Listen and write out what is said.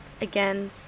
again